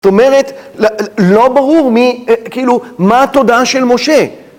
זאת אומרת, לא ברור מי, כאילו, מה התודעה של משה.